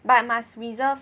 but must reserve